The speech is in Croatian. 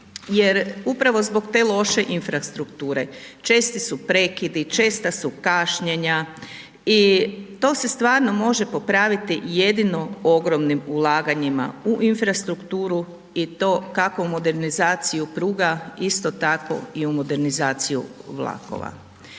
Jer upravo zbog te loše infrastrukture, česti su prekidi, česta su kašnjenja i to se stvarno može popraviti jedino ogromnim ulaganjima u infrastrukturu i to, kako modernizaciju pruga, isto tako i u modernizaciju vlakova.